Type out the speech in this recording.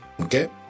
okay